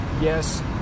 yes